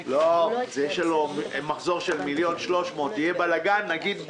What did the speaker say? בכל המגוון והמכלול של